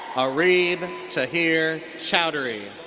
areeb tahir choudhry.